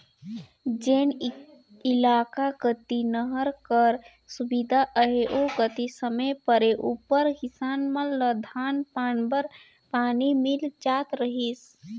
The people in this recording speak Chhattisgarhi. जेन इलाका कती नहर कर सुबिधा अहे ओ कती समे परे उपर किसान मन ल धान पान बर पानी मिल जात रहिस